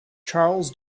charles